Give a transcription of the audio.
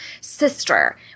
sister